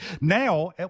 Now